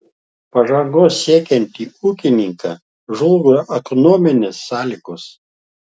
pažangos siekiantį ūkininką žlugdo ekonominės sąlygos